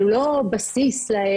אבל הוא לא בסיס לתכנית.